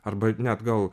arba net gal